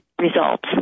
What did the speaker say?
results